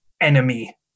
enemy